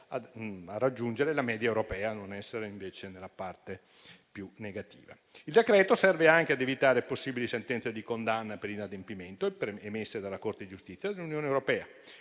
a raggiungere la media europea e a non trovarsi nella parte più negativa. Il decreto-legge in esame serve anche ad evitare possibili sentenze di condanna per inadempimento emesse dalla Corte di giustizia dell'Unione europea;